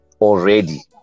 already